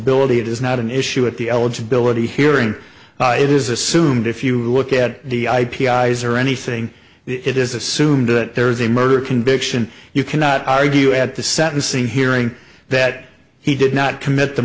eligibility it is not an issue at the eligibility hearing it is assumed if you look at the ip eyes or anything it is assumed that there is a murder conviction you cannot argue at the sentencing hearing that he did not commit the